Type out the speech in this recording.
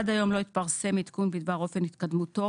עד היום לא התפרסם עדכון בדבר אופן התקדמותו,